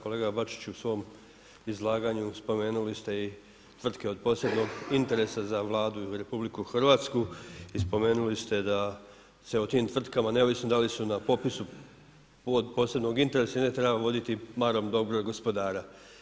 Kolega Bačiću, u svom izlaganju spomenuli ste i tvrtke od posebnog interesa za Vladu i RH i spomenuli ste da se u tim tvrtkama neovisno da li su na popisu od posebnog interesa i ne treba voditi marom dobroga gospodara.